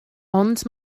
ond